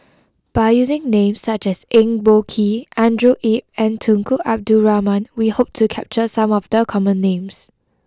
by using names such as Eng Boh Kee Andrew Yip and Tunku Abdul Rahman we hope to capture some of the common names